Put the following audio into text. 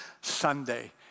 Sunday